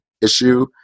issue